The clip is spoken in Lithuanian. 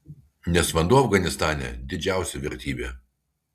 nes vanduo afganistane didžiausia vertybė